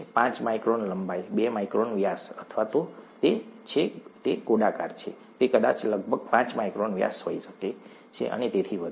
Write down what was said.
પાંચ માઇક્રોન લંબાઈ બે માઇક્રોન વ્યાસ અથવા જો તે છે ગોળાકાર તે કદાચ લગભગ પાંચ માઇક્રોન વ્યાસ હોઈ શકે છે અને તેથી વધુ